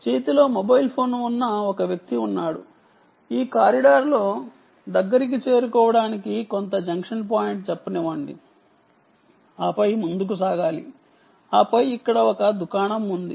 చేతిలో mobile phone ఉన్న ఒక వ్యక్తి ఉన్నాడు ఈ కారిడార్లో జంక్షన్ పాయింట్ దగ్గరికి చేరుకున్నాడు ఆపై ముందుకు సాగాలి ఆపై ఇక్కడ ఒక దుకాణం ఉంది